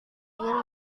ingin